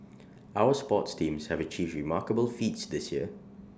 our sports teams have achieved remarkable feats this year